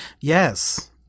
yes